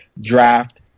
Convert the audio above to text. Draft